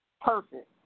Perfect